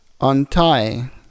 untie